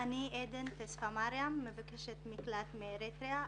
אני מבקשת מקלט מאריתריאה.